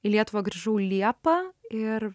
į lietuvą grįžau liepą ir